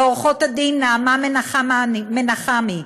לעורכת-הדין נעמה מנחמי,